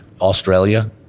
Australia